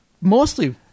mostly